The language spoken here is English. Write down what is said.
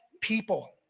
people